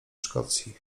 szkocji